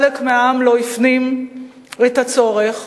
חלק מהעם לא הפנים את הצורך